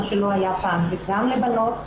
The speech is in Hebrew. מה שלא היה פעםף וגם לבנות,